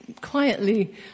quietly